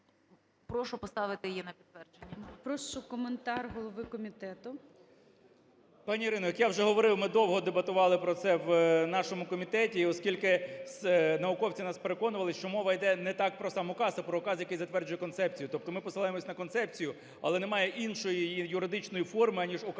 Прошу поставити її на підтвердження.